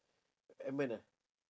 edmund ah